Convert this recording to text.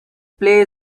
play